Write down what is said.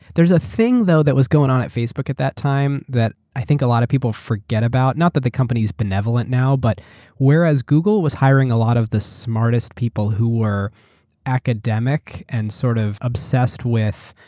there's a thing, though, that was going on at facebook at that time, that i think a lot of people forget about, not that the company is benevolent now, but whereas google was hiring a lot of the smartest people who were academic and sort of obsessed with.